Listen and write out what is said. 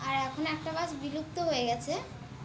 আর এখন একটা বাস বিলুপ্ত হয়ে গেছে